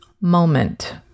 moment